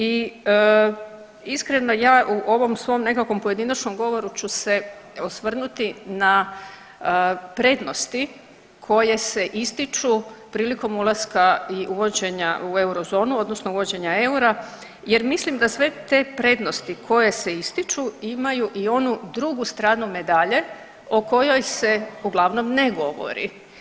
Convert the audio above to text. I iskreno, ja u ovom svom nekakvom pojedinačnom govoru ću se osvrnuti na prednosti koje se ističu prilikom ulaska i uvođenja u eurozonu, odnosno uvođenja eura jer mislim da sve te prednosti koje se ističu imaju i onu drugu stranu medalje o kojoj se uglavnom ne govori.